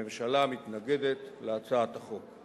הממשלה מתנגדת להצעת החוק.